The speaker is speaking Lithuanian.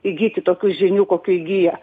įgyti tokių žinių kokių įgyja